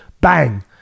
bang